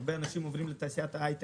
הרבה אנשים עוברים לתעשיית ההייטק.